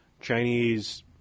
Chinese